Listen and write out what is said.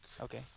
Okay